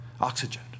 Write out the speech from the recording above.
oxygen